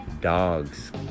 dogs